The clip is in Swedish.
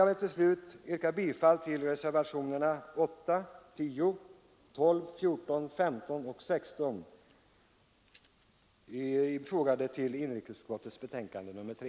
Jag ber till slut att få yrka bifall till reservationerna 8, 10, 12, 14, 15 och 16, fogade till inrikesutskottets betänkande nr 3.